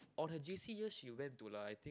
on her J_C years she went to like I think